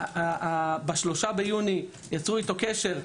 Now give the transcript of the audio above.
ב-3 ביוני יצרו איתו קשר,